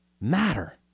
matter